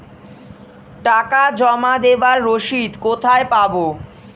টাকা জমা দেবার রসিদ কোথায় পাব?